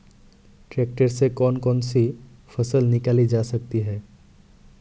Tractor से कौन कौनसी फसल निकाली जा सकती हैं?